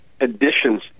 additions